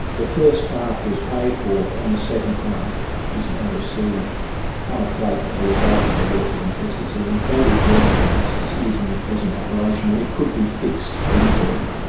the first half was paid for and the second half is now received on a plate as a result of the laws of intestacy, and that is where the injustice is in the present operation. and it could be fixed easily.